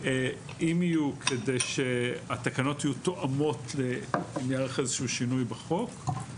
אם יהיו כדי שהתקנות יהיו תואמות אם ייערך איזשהו שינוי בחוק.